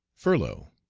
furlough.